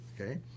okay